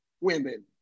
women